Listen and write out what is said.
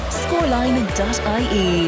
scoreline.ie